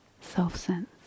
self-sense